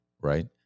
right